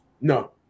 No